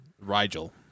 Rigel